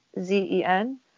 z-e-n